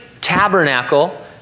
tabernacle